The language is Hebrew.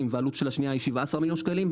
והעלות של השנייה היא 17 מיליון שקלים,